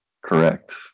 correct